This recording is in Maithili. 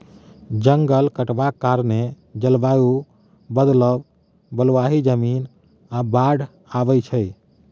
जंगल कटबाक कारणेँ जलबायु बदलब, बलुआही जमीन, आ बाढ़ि आबय छै